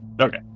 Okay